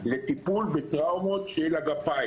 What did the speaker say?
לטיפול בטראומות של הגפיים.